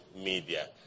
media